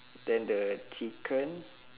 then the chicken